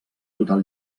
total